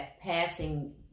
passing